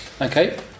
Okay